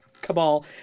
cabal